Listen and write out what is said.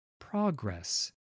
Progress